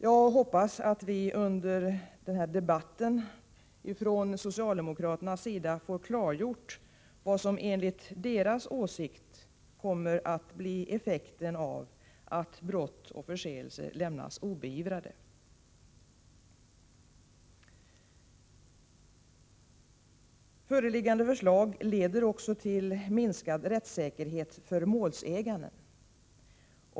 Jag hoppas att socialdemokraterna under denna debatt klargör vad som enligt deras åsikt kommer att bli effekten av att brott och förseelser lämnas obeivrade. Föreliggande förslag leder också till minskad rättssäkerhet för målsäganden.